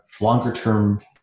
longer-term